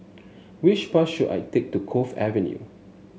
which bus should I take to Cove Avenue